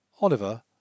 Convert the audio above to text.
Oliver